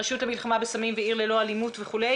הרשות למלחמה בסמים ו"עיר ללא אלימות" וכו',